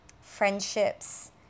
friendships